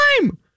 time